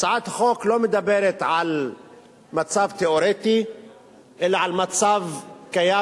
הצעת החוק לא מדברת על מצב תיאורטי אלא על מצב קיים,